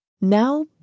Now